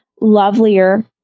lovelier